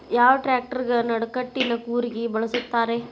ಯಾವ ಟ್ರ್ಯಾಕ್ಟರಗೆ ನಡಕಟ್ಟಿನ ಕೂರಿಗೆ ಬಳಸುತ್ತಾರೆ?